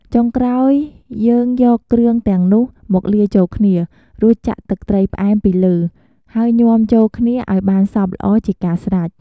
ចុងក្រោយ យើងយកគ្រឿងទាំងនោះមកលាយចូលគ្នា រួចចាក់ទឹកត្រីផ្អែមពីលើ ហើយញាំចូលគ្នាឱ្យបានសព្វល្អជាការស្រេច។